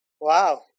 Wow